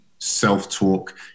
self-talk